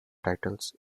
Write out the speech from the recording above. titles